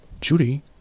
Judy